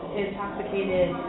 intoxicated